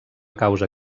causa